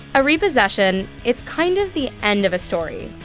a repossession it's kind of the end of a story,